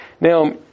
Now